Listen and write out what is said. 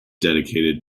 dedicated